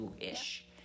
ish